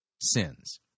sins